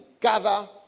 gather